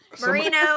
Marino